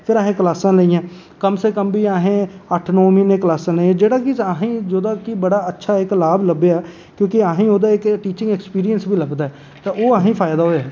फिर असें क्लासां लेइयां कम से कम बी असें अट्ठ नौ म्हीनें क्लासां लेइयां जेह्ड़ा की असें जेह्दा की बड़ा इक्क अच्छा इक्क लाभ लब्भेआ क्योंकि ओह्दा असेंगी इक्क टीचिंग एक्सपीरियंस बी लभदा ऐ ते ओह् असेंगी फायदा होआ ऐ